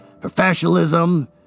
Professionalism